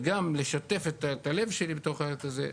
וגם לשתף את הלב שלי בתוך זה,